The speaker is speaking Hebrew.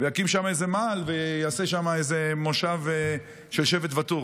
ואקים שם איזה מאהל ואעשה שם איזה מושב של שבט ואטורי.